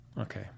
Okay